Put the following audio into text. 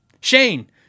Shane